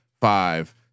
five